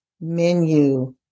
menu